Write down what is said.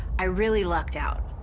i really lucked out.